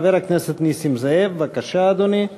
חבר הכנסת נסים זאב, בבקשה, אדוני.